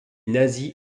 nazis